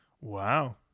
Wow